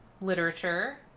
literature